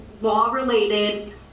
law-related